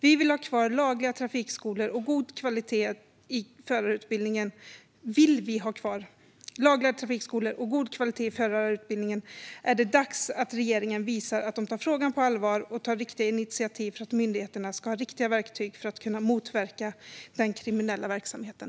Vill vi ha kvar lagliga trafikskolor och god kvalitet i förarutbildningen är det dags att regeringen visar att den tar frågan på allvar och tar riktiga initiativ för att myndigheterna ska ha riktiga verktyg att kunna motverka den kriminella verksamheten.